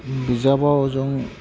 बिजाबाव जों